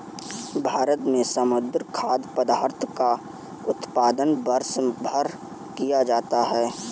भारत में समुद्री खाद्य पदार्थों का उत्पादन वर्षभर किया जाता है